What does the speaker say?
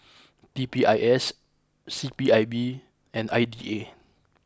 P P I S C P I B and I D A